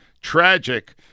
tragic